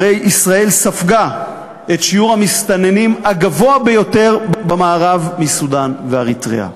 הרי ישראל ספגה את שיעור המסתננים הגבוה ביותר במערב מסודאן ואריתריאה.